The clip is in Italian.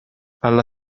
alla